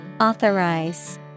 Authorize